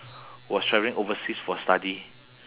was traveling overseas for study